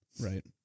right